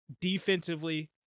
defensively